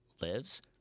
lives